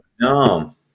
no